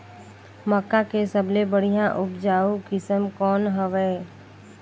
मक्का के सबले बढ़िया उपजाऊ किसम कौन हवय?